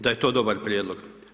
Da je to dobar prijedlog.